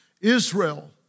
Israel